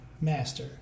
master